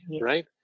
right